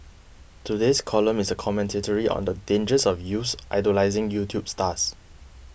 today's column is a commentary on the dangers of youths idolising YouTube stars